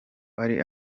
ari